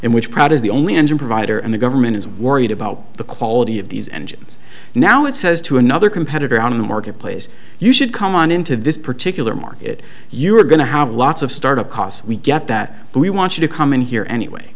in which crowd is the only engine provider and the government is worried about the quality of these engines now it says to another competitor on the marketplace you should come on into this particular market you're going to have a lot startup cost we get that but we want you to come in here anyway